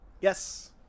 yes